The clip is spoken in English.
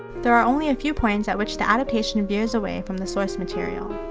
there are only a few points at which the adaptation veers away from the source material.